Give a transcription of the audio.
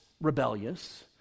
rebellious